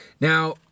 Now